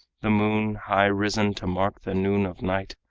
the moon, high risen to mark the noon of night,